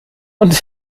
und